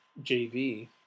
JV